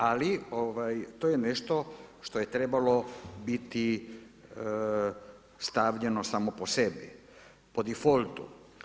Ali, to je nešto što je trebalo biti stavljeno samo po sebi, po difoltu.